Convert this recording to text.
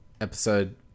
episode